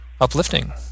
uplifting